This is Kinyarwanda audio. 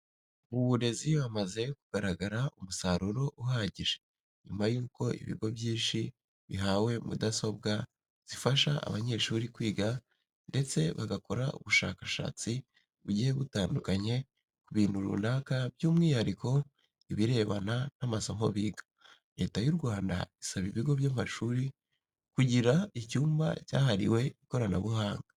Mu burezi hamaze kugaragara umusaruro uhagije nyuma yuko ibigo byinshi bihawe mudasobwa zifasha abanyeshuri kwiga ndetse bagakora ubushakashatsi bugiye butandukanye ku bintu runaka by'umwihariko ibirebana n'amasomo biga. Leta y'u Rwanda isaba ibigo by'amashuri kugira icyumba cyahariwe ikoranabuhanga.